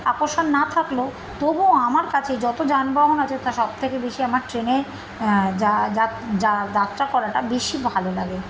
আকর্ষণ না থাকলেও তবুও আমার কাছে যত যানবাহন আছে তা সবথেকে বেশি আমার ট্রেনে যাত্রা করাটা বেশি ভালো লাগে